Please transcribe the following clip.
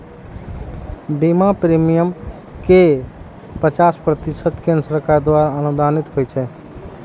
बीमा प्रीमियम केर पचास प्रतिशत केंद्र सरकार द्वारा अनुदानित होइ छै